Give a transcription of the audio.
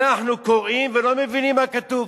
אנחנו קוראים ולא מבינים מה כתוב.